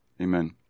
Amen